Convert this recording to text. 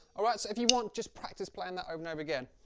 alright, so if you want, just practice playing that over and over again